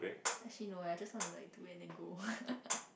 as she know eh I just want to like to end and go